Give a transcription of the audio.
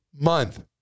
month